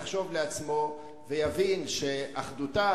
יחשוב לעצמו ויבין שאחדותה,